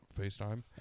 FaceTime